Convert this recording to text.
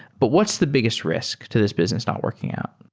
but what's the biggest risk to this business not working out?